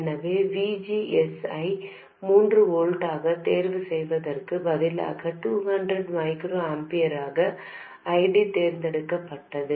எனவே V G S ஐ மூன்று வோல்ட்களாக தேர்வு செய்வதற்கு பதிலாக 200 மைக்ரோ ஆம்பியர்களாக I D தேர்ந்தெடுக்கப்பட்டது